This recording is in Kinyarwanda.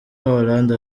hollande